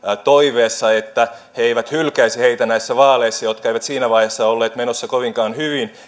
toiveessa että he eivät hylkäisi heitä näissä vaaleissa jotka eivät siinä vaiheessa olleet menossa kovinkaan hyvin